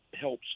helps